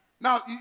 Now